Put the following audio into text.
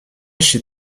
chez